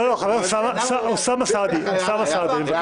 לא, חבר הכנסת אוסאמה סעדי, אני מבקש.